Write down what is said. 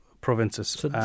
provinces